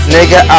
Nigga